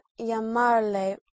llamarle